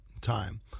time